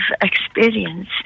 experience